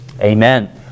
Amen